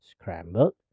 scrambled